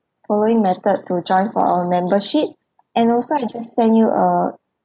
following method to join for our membership and also I just sent you a